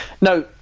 now